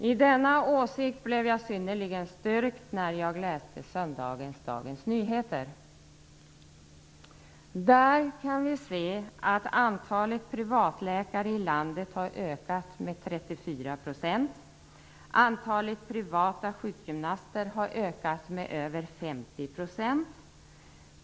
I denna åsikt blev jag synnerligen styrkt när jag läste söndagens Dagens Nyheter. Där kan vi se att antalet privatläkare i landet har ökat med 34 %. Antalet privata sjukgymnaster har ökat med över 50 %.